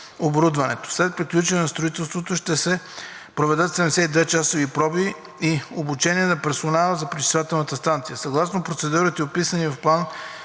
оборудването. След приключване на строителството ще се проведат 72-часови проби и обучения на персонала на пречиствателната станция. Съгласно процедурите, описани в Плана